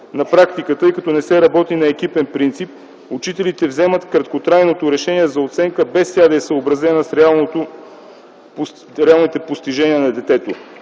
На практика, тъй като не се работи на екипен принцип, учителите вземат краткотрайното решение за оценка, без тя да е съобразена с реалните постижения на детето.